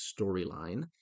storyline